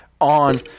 on